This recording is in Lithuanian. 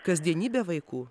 kasdienybę vaikų